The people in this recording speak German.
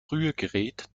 rührgerät